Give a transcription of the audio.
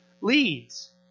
leads